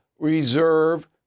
reserve